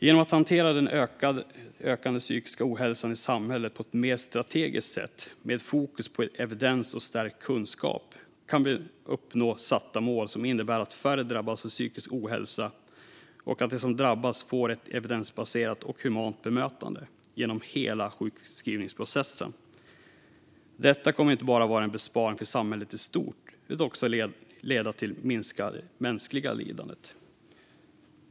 Genom att hantera den ökande psykiska ohälsan i samhället på ett mer strategiskt sätt, med fokus på evidens och stärkt kunskap, kan vi uppnå satta mål som innebär att färre drabbas av psykisk ohälsa och att de som drabbas får ett evidensbaserat och humant bemötande genom hela sjukskrivningsprocessen. Det kommer inte bara att vara en besparing för samhället i stort utan kommer också att leda till att minska det mänskliga lidandet.